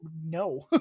No